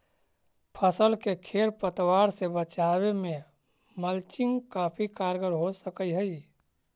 फसल के खेर पतवार से बचावे में मल्चिंग काफी कारगर हो सकऽ हई